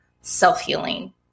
self-healing